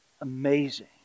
amazing